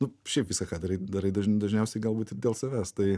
nu šiaip viską ką darai darai dažn dažniausiai galbūt ir dėl savęs tai